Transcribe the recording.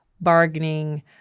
bargaining